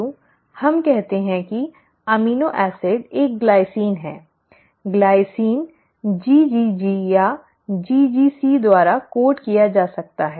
हम कहते हैं कि अमीनो एसिड एक ग्लाइसिन है ग्लाइसिन GGG या GGC द्वारा कोड किया जा सकता है